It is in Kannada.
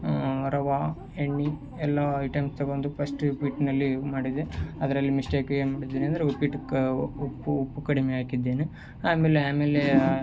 ರವೆ ಎಣ್ಣೆ ಎಲ್ಲ ಐಟಮ್ ತಗೊಂಡು ಪಸ್ಟ್ ಉಪ್ಪಿಟ್ಟಿನಲ್ಲಿ ಮಾಡಿದೆ ಅದರಲ್ಲಿ ಮಿಸ್ಟೇಕ್ ಏನು ಮಾಡಿದೀನಿ ಅಂದರೆ ಉಪ್ಪಿಟ್ಟು ಕ ಉಪ್ಪು ಉಪ್ಪು ಕಡಿಮೆ ಹಾಕಿದ್ದೇನೆ ಆಮೇಲೆ ಆಮೇಲೆ